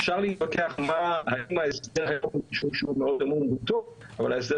אפשר להתווכח האם ההסדר הוא טוב אבל ההסדר